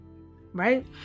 right